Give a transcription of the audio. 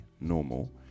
normal